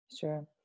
Sure